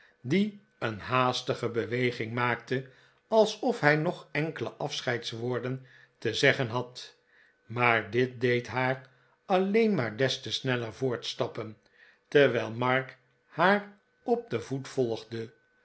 die een haastige beweging maakte alsof hij nog enkele afscheidswoorden te zeggen had maar dit deed haar alleen maar des te sneller voortstappen terwijl mark haar op den voet volgde